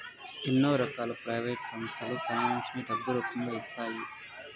ఎన్నో రకాల ప్రైవేట్ సంస్థలు ఫైనాన్స్ ని డబ్బు రూపంలో ఇస్తాయి